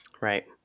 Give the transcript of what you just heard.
Right